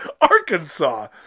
Arkansas